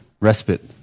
Respite